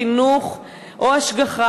חינוך או השגחה,